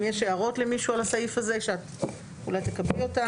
אם יש הערות למישהו על הסעיף הזה שאת אולי תקבלי אותם.